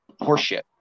horseshit